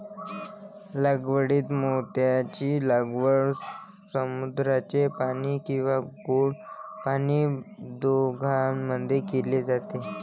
लागवडीत मोत्यांची लागवड समुद्राचे पाणी किंवा गोड पाणी दोघांमध्ये केली जाते